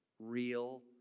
Real